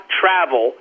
travel